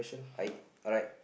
right alright